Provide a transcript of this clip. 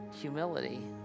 humility